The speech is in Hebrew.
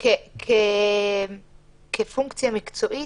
--- כפונקציה מקצועית,